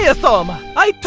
yeah soma? i, too,